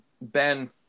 ben